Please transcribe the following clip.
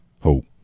hope